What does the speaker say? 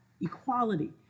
equality